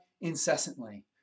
incessantly